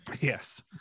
yes